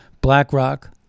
BlackRock